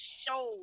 show